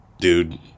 dude